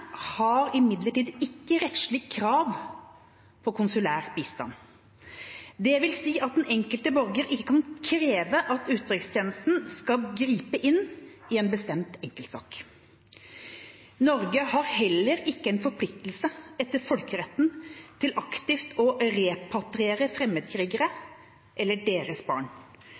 har imidlertid ikke rettslig krav på konsulær bistand. Det vil si at den enkelte borger ikke kan kreve at utenrikstjenesten skal gripe inn i en bestemt enkeltsak. Norge har heller ikke en forpliktelse etter folkeretten til aktivt å repatriere fremmedkrigere eller deres barn